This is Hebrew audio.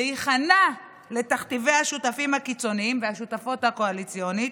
להיכנע לתכתיבי השותפים הקיצוניים והשותפות הקואליציוניות,